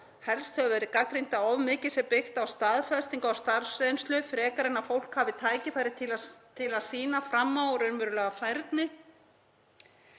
Helst hefur verið gagnrýnt að of mikið sé byggt á staðfestingu á starfsreynslu frekar en að fólk hafi tækifæri til að sýna fram á raunverulega færni.